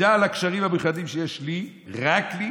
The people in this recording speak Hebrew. בגלל הקשרים המיוחדים שיש לי, רק לי.